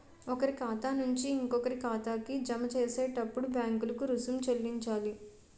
ఒకరి ఖాతా నుంచి ఇంకొకరి ఖాతాకి జమ చేసేటప్పుడు బ్యాంకులకు రుసుం చెల్లించాలి